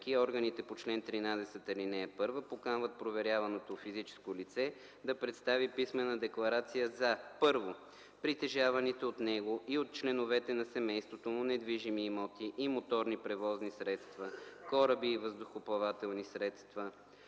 органите по чл. 13, ал. 1 поканват проверяваното физическо лице да представи писмена декларация за: 1. притежаваните от него и от членовете на семейството му недвижими имоти и моторни превозни средства, кораби и въздухоплавателни средства,